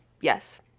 Yes